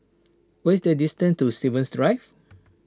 what is the distance to Stevens Drive